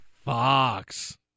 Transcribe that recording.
Fox